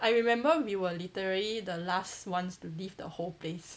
I remember we were literally the last ones to leave the whole place